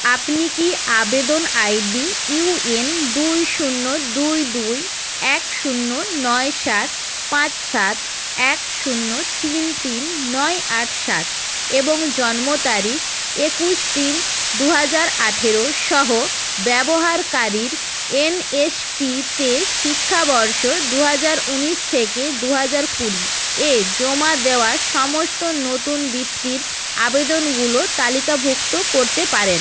আপনি কি আবেদন I D U A N দুই শূন্য দুই দুই এক শূন্য নয় সাত পাঁচ সাত এক শূন্য তিন তিন নয় আট সাত এবং জন্মতারিখ একুশ তিন দু হাজার আঠেরো সহ ব্যবহারকারীর এন এস পিতে শিক্ষাবর্ষ দু হাজার উনিশ থেকে দু হাজার কুড়ি এ জমা দেওয়া সমস্ত নতুন বৃত্তির আবেদনগুলো তালিকাভুক্ত করতে পারেন